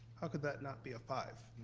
how could that not be a five?